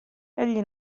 egli